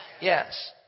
Yes